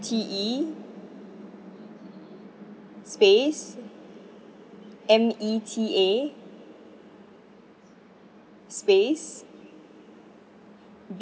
T E space M E T A space B